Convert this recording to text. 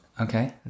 okay